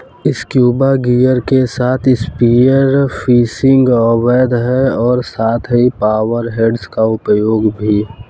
scuba gear के साथ spear fishing अवैध है और साथ ही पावर हेड्स का उपयोग भी